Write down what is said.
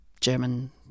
German